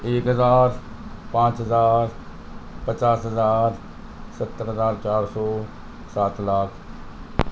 ایک ہزار پانچ ہزار پچاس ہزار ستر ہزار چار سو سات لاکھ